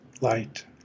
light